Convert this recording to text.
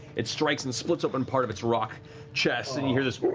it strikes and splits open part of its rock chest and you hear this